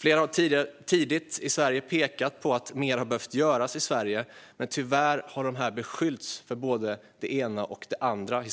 Flera i Sverige har tidigt pekat på att mer hade behövt göras i Sverige, men tyvärr har de beskyllts för både det ena och det andra.